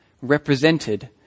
represented